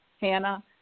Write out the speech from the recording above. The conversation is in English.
Hannah